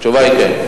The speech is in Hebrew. התשובה היא כן.